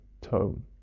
tone